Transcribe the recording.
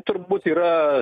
turbūt yra